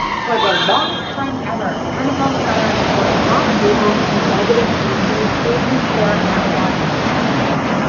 for the longest time ever, amazon sellers were not able to negative asins in their amazon ppc campaigns.